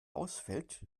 ausfällt